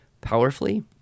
powerfully